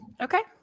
Okay